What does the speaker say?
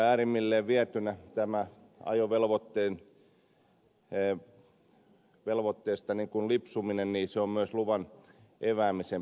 äärimmilleen vietynä tämä ajovelvoitteesta lipsuminen on myös luvan eväämisen peruste